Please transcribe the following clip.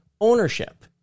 ownership